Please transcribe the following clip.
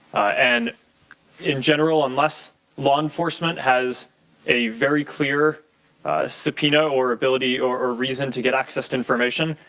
and in general unless law enforcement has a very clear subpoena or ability or reason to get access to information,